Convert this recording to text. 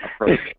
approach